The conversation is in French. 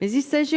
il s’agit